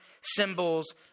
symbols